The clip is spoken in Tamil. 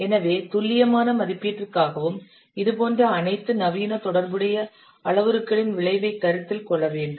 எனவே துல்லியமான மதிப்பீட்டிற்காகவும் இது போன்ற அனைத்து நவீன தொடர்புடைய அளவுருக்களின் விளைவைக் கருத்தில் கொள்ள வேண்டும்